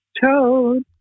Toad